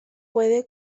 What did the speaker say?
puede